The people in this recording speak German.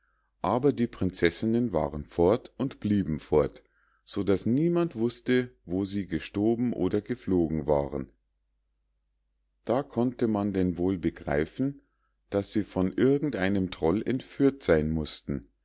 aber die prinzessinnen waren fort und blieben fort so daß niemand wußte wo sie gestoben oder geflogen waren da konnte man denn wohl begreifen daß sie von irgend einem trollen entführt sein mußten